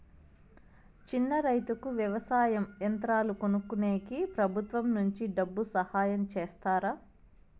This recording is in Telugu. చిన్న రైతుకు వ్యవసాయ యంత్రాలు కొనుక్కునేకి ప్రభుత్వం నుంచి డబ్బు సహాయం చేస్తారా?